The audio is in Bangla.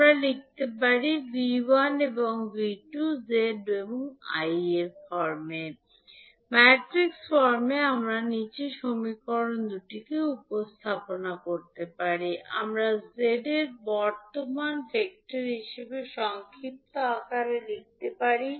আমরা লিখতে পারি 𝐕1 𝐳11𝐈1 𝐳12𝐈2 𝐕2 𝐳21𝐈1 𝐳22𝐈2 ম্যাট্রিক্স ফর্মে আপনি এই দুটি সমীকরণকে উপস্থাপন করতে পারেন আমরা 𝐳 এবং বর্তমান ভেক্টর হিসাবে সংক্ষিপ্ত আকারে লিখতে পারি